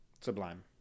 Sublime